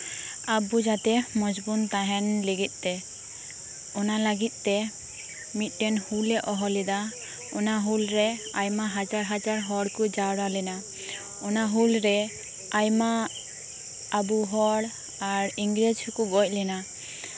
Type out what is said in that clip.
ᱟᱵᱚ ᱡᱟᱛᱤ ᱛᱮ ᱢᱚᱸᱡ ᱵᱚᱱ ᱛᱟᱸᱦᱮᱱ ᱞᱟᱹᱜᱤᱫ ᱛᱮ ᱚᱱᱟ ᱞᱟᱹᱜᱤᱫ ᱛᱮ ᱢᱤᱫᱴᱮᱱ ᱦᱩᱞ ᱮ ᱦᱚᱦᱚ ᱞᱮᱫᱟ ᱚᱱᱟ ᱦᱩᱞ ᱨᱮ ᱟᱭᱢᱟ ᱦᱟᱡᱟᱨ ᱦᱟᱡᱟᱨ ᱦᱚᱲ ᱠᱚ ᱡᱟᱣᱨᱟ ᱞᱮᱱᱟ ᱚᱱᱟ ᱦᱩᱞ ᱨᱮ ᱟᱭᱢᱟ ᱟᱵᱚ ᱟᱨ ᱤᱝᱨᱮᱡ ᱦᱚᱠᱚ ᱜᱚᱡ ᱞᱮᱱᱟ